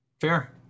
Fair